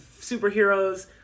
superheroes